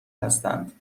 هستند